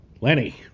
Lenny